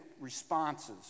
responses